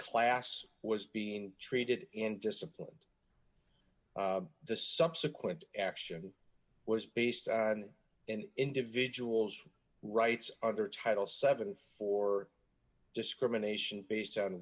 class was being treated and disciplined the subsequent action was based on an individual's rights under title seven for discrimination based on